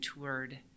toured